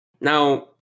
Now